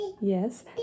yes